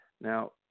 Now